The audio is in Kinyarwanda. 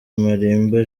malimba